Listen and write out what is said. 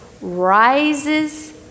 rises